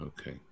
okay